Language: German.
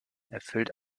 erfüllt